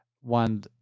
one